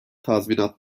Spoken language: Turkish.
tazminat